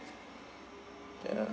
ya